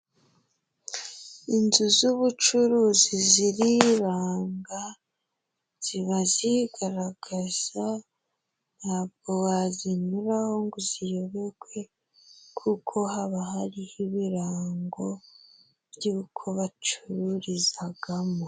Inzu z'ubucuruzi ziriranga, ziba zigaragaza, ntabwo wazinyuraho ngo uziyoberwe kuko haba hariho ibirango by'uko bacururizagamo.